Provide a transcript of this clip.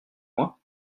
moi